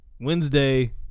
Wednesday